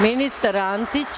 Ministar Antić.